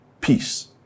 peace